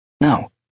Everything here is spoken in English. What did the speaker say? No